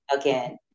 again